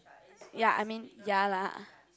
ya I mean ya lah